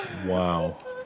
Wow